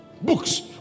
Books